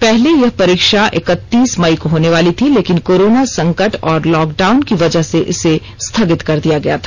पहले यह परीक्षा इकतीस मई को होनेवाली थी लेकिन कोरोना संकट और लॉकडाउन की वजह से इसे स्थगित कर दिया गया था